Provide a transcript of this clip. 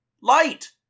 Light